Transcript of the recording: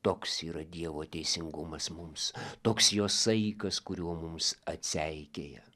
toks yra dievo teisingumas mums toks jo saikas kurio mums atseikėja